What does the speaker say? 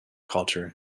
culture